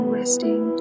resting